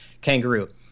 Kangaroo